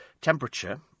temperature